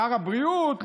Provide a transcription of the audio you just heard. שר הבריאות,